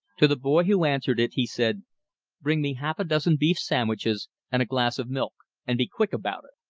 to the boy who answered it he said bring me half a dozen beef sandwiches and a glass of milk, and be quick about it.